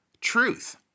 truth